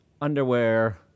underwear